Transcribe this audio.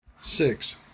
Six